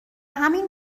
همین